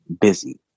busy